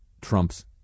Trump's